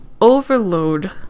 overload